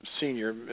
senior